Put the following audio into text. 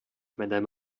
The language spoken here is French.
madame